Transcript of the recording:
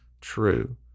True